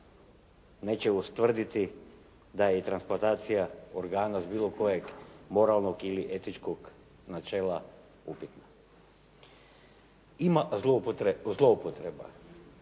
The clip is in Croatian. neće ustvrditi da je i transplantacija organa s bilo kojeg moralnog ili etičkog načela upitna. Ima zloupotreba